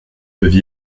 peuvent